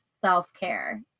self-care